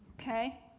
Okay